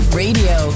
radio